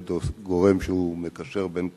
זה גורם שהוא מקשר בין כולנו.